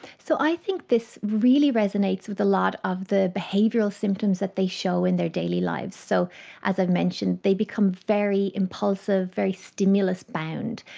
so i think this really resonates with a lot of the behavioural symptoms that they show in their daily lives. so as i've mentioned, they become very impulsive, very stimulus bound,